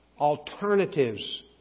alternatives